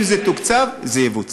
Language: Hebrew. אם זה תוקצב, זה יבוצע.